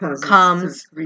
comes